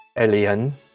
Elian